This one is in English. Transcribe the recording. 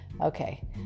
Okay